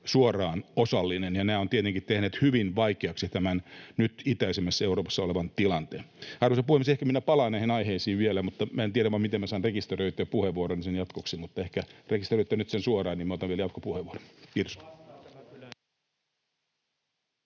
suoraan osallinen, ja nämä ovat tietenkin tehneet hyvin vaikeaksi tämän itäisimmässä Euroopassa nyt olevan tilanteen. Arvoisa puhemies! Ehkä minä palaan näihin aiheisiin vielä. En tiedä, miten saan rekisteröityä puheenvuoron sinne jatkoksi, mutta ehkä rekisteröitte nyt sen suoraan, niin minä otan vielä jatkopuheenvuoron. — Kiitos.